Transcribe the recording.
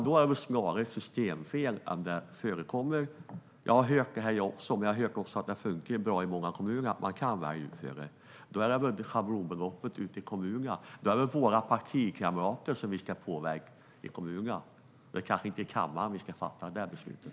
Då är det snarare fråga om ett systemfel. Jag har hört att det funkar bra i många kommuner att välja utförare. Då är det inte schablonbeloppen utan partikamraterna i kommunerna som vi ska påverka. Det är kanske inte i kammaren vi ska fatta beslutet.